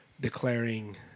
declaring